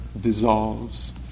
dissolves